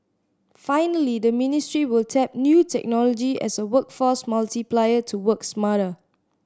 finally the ministry will tap new technology as a workforce multiplier to work smarter